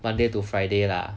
monday to friday lah